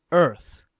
earth,